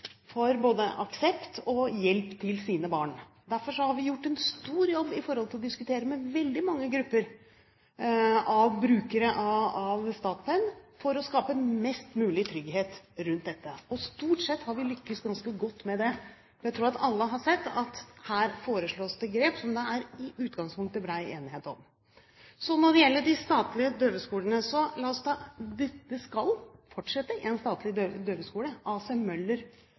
for både aksept og hjelp til sine barn. Derfor har vi gjort en stor jobb med å diskutere med veldig mange grupper av brukere av Statped for å skape mest mulig trygghet rundt dette. Stort sett har vi lyktes ganske godt med det. Jeg tror alle har sett at her foreslås det grep som det i utgangspunktet er bred enighet om. Når det gjelder de statlige døveskolene: Det skal fortsette en statlig døveskole. A.C. Møller